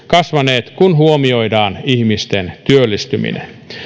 kasvaneet kun huomioidaan ihmisten työllistyminen